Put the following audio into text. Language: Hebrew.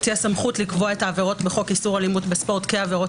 לקבוע את העבירות בחוק איסור אלימות בספורט כעבירות